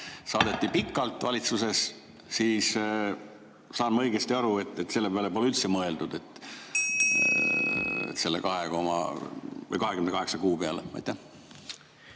saadeti pikalt valitsuses – saan ma õigesti aru? –, siis selle peale pole üldse mõeldud, selle 28 kuu peale. Hea